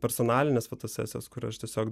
personalinės fotosesijos kur aš tiesiog